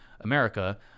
America